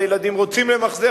הילדים רוצים למחזר,